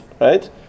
right